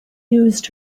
used